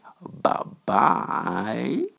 Bye-bye